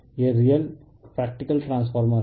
यह real practical transformer है